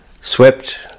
swept